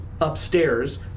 upstairs